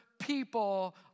people